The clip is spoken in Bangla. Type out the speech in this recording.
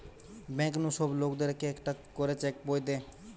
ব্যাঙ্ক নু সব লোকদের কে একটা করে চেক বই দে